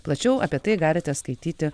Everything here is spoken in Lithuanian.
plačiau apie tai galite skaityti